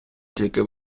тільки